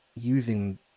using